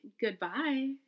Goodbye